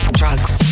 drugs